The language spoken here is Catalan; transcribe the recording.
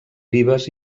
vives